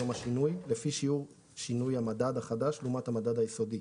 יום השינוי) לפי שיעור שינוי המדד החדש לעומת המדד היסודי.